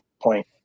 point